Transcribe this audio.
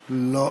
לא.